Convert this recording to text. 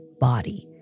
body